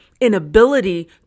inability